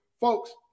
Folks